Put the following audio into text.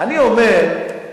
אני אומר לכם,